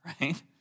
Right